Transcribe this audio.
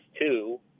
two